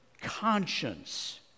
conscience